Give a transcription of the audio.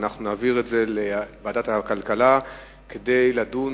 ואנחנו נעביר אותה לוועדת הכלכלה כדי לדון